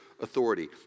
authority